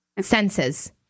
Senses